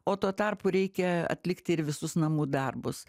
o tuo tarpu reikia atlikti ir visus namų darbus